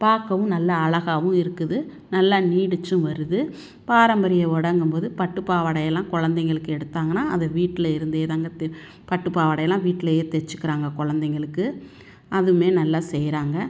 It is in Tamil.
பார்க்கவும் நல்லா அழகாகவும் இருக்குது நல்லா நீடித்தும் வருது பாரம்பரிய உடைங்கும் போது பட்டுப் பாவாடையெல்லாம் குழந்தைகளுக்கு எடுத்தாங்கன்னா அதை வீட்டில் இருந்தே தான்ங்க பட்டுப் பாவாடையெல்லாம் வீட்லேயே தைச்சுக்குறாங்க குழந்தைங்களுக்கு அதுவுமே நல்லா செய்கிறாங்க